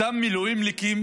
אותם מילואימניקים